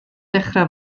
dechra